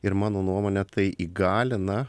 ir mano nuomone tai įgalina